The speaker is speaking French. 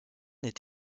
est